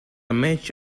match